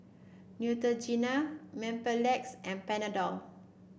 Neutrogena Mepilex and Panadol